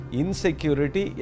insecurity